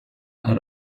are